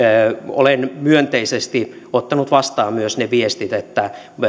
olen myönteisesti ottanut vastaan myös ne viestit että